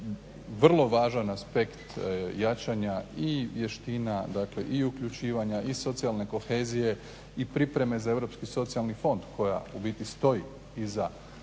vrlo važan aspekt jačanja i vještina i uključivanja i socijalne kohezije i pripreme za europski socijalni fond koja u biti stoji iza komponente